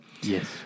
yes